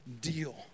deal